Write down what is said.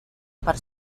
per